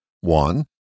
One